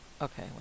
Okay